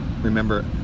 remember